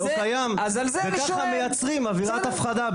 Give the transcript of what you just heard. לא קיים וככה מייצרים אווירת הפחדה,